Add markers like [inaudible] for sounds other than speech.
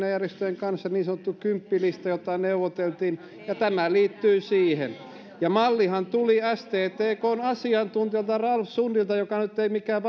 oli työmarkkinajärjestöjen kanssa niin sanottu kymppilista jota neuvoteltiin ja tämä liittyy siihen mallihan tuli sttkn asiantuntijalta ralf sundilta joka nyt ei mikään [unintelligible]